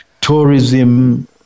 tourism